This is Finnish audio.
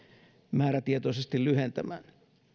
määrätietoisesti lyhentämään